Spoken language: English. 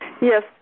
Yes